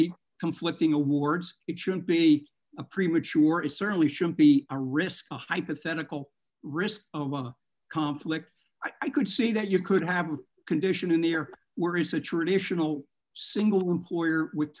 be conflicting awards it shouldn't be a premature it certainly should be a risk a hypothetical risk of conflict i could see that you could have a condition in the er were is a traditional single employer with